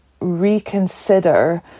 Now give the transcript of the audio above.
reconsider